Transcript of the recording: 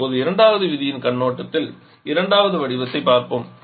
இப்போது இரண்டாவது விதியின் கண்ணோட்டத்தில் இரண்டாவது வடிவத்தைப் பார்ப்போம்